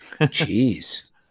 Jeez